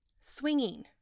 Swinging